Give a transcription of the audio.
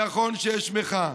נכון שיש מחאה,